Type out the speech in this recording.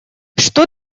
что